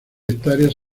hectáreas